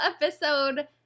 episode